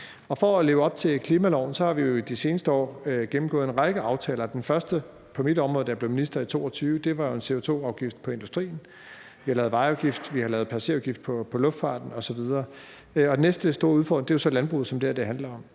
For at leve op til klimaloven har vi jo de seneste år gennemgået en række aftaler. Den første på mit område, da jeg blev minister i 2022, var jo en CO2-afgift på industrien. Vi har lavet vejafgift, vi har lavet passagerafgift på luftfarten osv., og den næste store udfordring er jo så landbruget, som det her handler om.